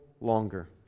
longer